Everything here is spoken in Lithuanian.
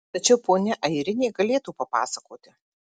tačiau ponia airinė galėtų papasakoti